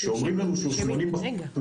כשאומרים לנו שהוא 80 אחוזים טוב,